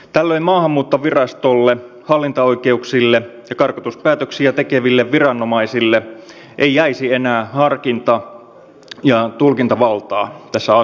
tällöin maahanmuuttovirastolle hallinto oikeuksille ja karkotuspäätöksiä tekeville viranomaisille ei jäisi enää harkinta ja tulkintavaltaa tässä asiassa